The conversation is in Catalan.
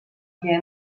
que